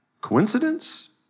Coincidence